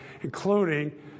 including